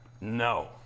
No